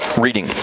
reading